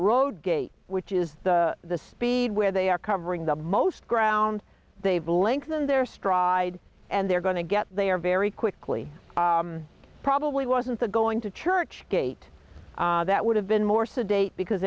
road gate which is the speed where they are covering the most ground they've lengthened their stride and they're going to get they are very quickly probably wasn't the going to church gate that would have been more sedate because